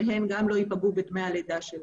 שהן גם לא ייפגעו בדמי הלידה שלה.